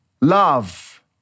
Love